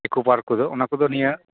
ᱤᱠᱳ ᱯᱟᱨᱠ ᱠᱚᱫᱚ ᱚᱱᱟᱠᱚᱫᱚ ᱱᱤᱭᱟᱹ